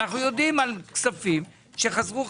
אנו יודעים על כספים שחזרו.